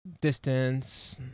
distance